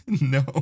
no